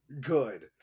good